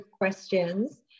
questions